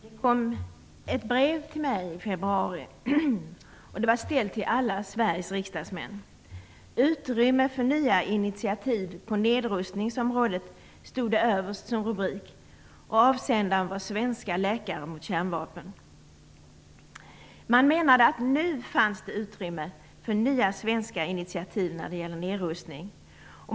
Herr talman! Det kom ett brev till mig i februari. stod det överst som rubrik. Avsändare var Svenska läkare mot kärnvapen. Man menade att det nu fanns utrymme för nya svenska initiativ när det gäller nedrustning.